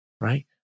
Right